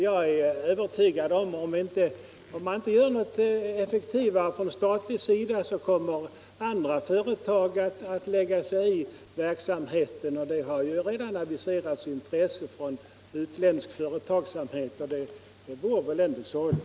Jag är säker på att om man inte gör något effektivare från statlig sida så kommer andra företag att lägga sig i verksamheten — det har ju redan aviserats intresse från utländsk företagsamhet — och det vore väl ändå sorgligt.